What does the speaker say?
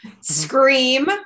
Scream